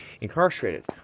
incarcerated